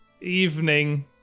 evening